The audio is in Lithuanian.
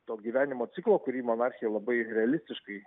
to gyvenimo ciklo kurį monarchija labai realistiškai